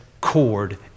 cord